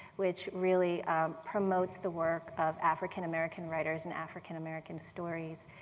which really promotes the work of african-american writers and african-american stories,